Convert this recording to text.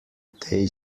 they